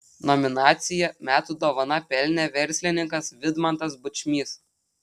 nominaciją metų dovana pelnė verslininkas vidmantas bučmys